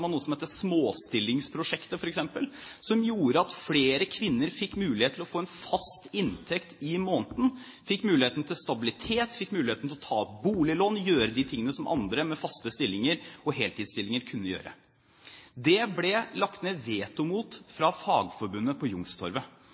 f.eks. noe som het småstillingsprosjekt, som gjorde at flere kvinner fikk mulighet til å få en fast inntekt i måneden, fikk muligheten til stabilitet, fikk muligheten til å ta opp boliglån, og fikk muligheten til å gjøre de tingene som andre med faste stillinger og heltidsstillinger kunne gjøre. Der ble det lagt ned veto fra Fagforbundet på